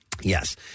Yes